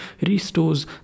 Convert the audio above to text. restores